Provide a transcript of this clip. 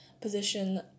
position